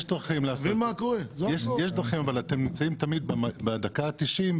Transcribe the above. יש דרכים לעשות אבל אתם נמצאים תמיד בדקה ה-90.